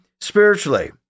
spiritually